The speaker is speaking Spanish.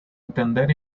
entender